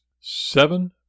seven